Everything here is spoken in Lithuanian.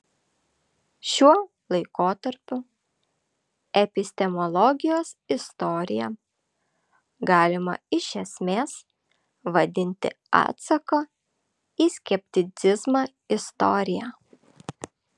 šiuo laikotarpiu epistemologijos istoriją galima iš esmės vadinti atsako į skepticizmą istorija